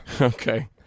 Okay